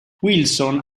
wilson